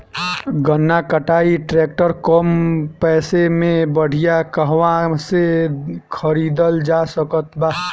गन्ना कटाई ट्रैक्टर कम पैसे में बढ़िया कहवा से खरिदल जा सकत बा?